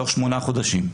תוך שמונה חודשים.